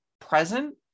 present